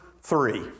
three